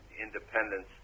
independence